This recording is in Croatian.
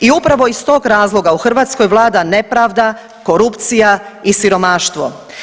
I upravo iz tog razloga u Hrvatskoj vlada nepravda, korupcija i siromaštvo.